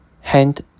Hand